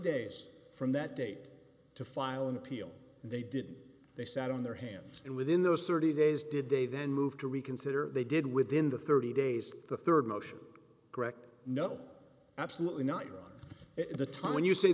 days from that date to file an appeal and they did they sat on their hands and within those thirty days did they then move to reconsider they did within the thirty days the rd motion correct no absolutely not around the time when you say